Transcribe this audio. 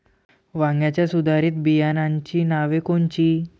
वांग्याच्या सुधारित बियाणांची नावे कोनची?